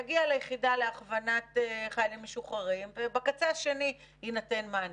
יגיע ליחידה להכוונת חיילים משוחררים ובקצה השני יינתן מענה.